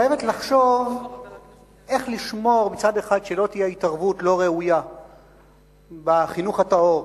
לחשוב איך לשמור מצד אחד שלא תהיה התערבות לא ראויה בחינוך הטהור,